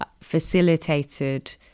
facilitated